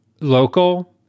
local